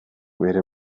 bere